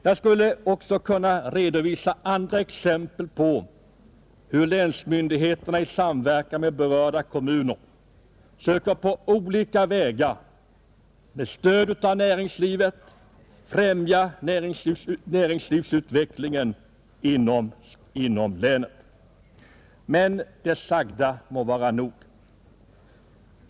Jag skulle också kunna redovisa andra exempel på hur länsmyndigheterna i samverkan med berörda kommuner söker på olika vägar, med stöd av näringslivet, främja näringslivsutvecklingen inom länet. Men det sagda må vara nog.